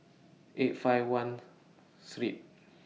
eight five one three